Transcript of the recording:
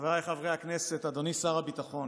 חבריי חברי הכנסת, אדוני שר הביטחון,